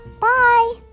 Bye